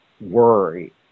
Worry